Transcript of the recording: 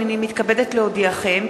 הנני מתכבדת להודיעכם,